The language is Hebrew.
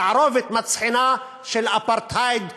תערובת מצחינה של אפרטהייד וכיבוש.